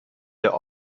der